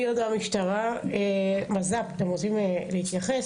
מז"פ, אתם רוצים להתייחס?